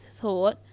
thought